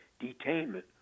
detainment